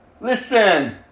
Listen